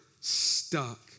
stuck